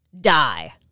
die